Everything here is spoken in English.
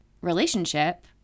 relationship